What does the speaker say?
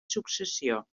successió